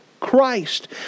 Christ